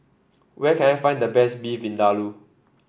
where can I find the best Beef Vindaloo